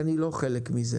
אני לא חלק מזה'